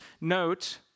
note